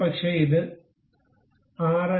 ഒരുപക്ഷേ ഇത് 6